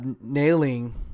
nailing